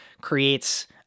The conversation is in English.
creates